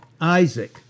Isaac